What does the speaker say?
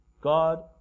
God